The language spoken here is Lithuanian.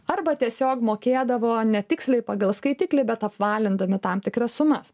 arba tiesiog mokėdavo ne tiksliai pagal skaitiklį bet apvalindami tam tikras sumas